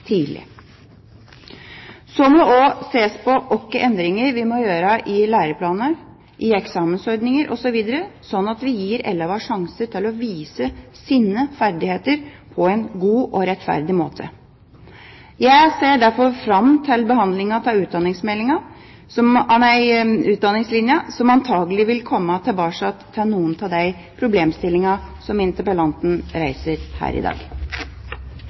tidlig. Så må det også ses på hvilke endringer vi må gjøre i læreplaner, i eksamensordninger osv., slik at vi gir elevene sjansen til å vise sine ferdigheter på en god og rettferdig måte. Jeg ser derfor fram til behandlingen av stortingsmeldingen om utdanningslinja, som antakelig vil komme tilbake til noen av de problemstillingene som interpellanten reiser her i dag.